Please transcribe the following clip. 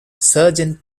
sergeant